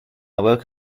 woke